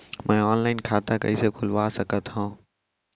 मैं ऑनलाइन खाता कइसे खुलवा सकत हव?